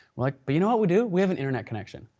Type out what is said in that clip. like, but you know what we do, we have an internet connection,